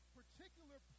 particular